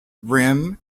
rim